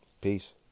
Peace